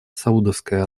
саудовской